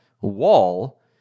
wall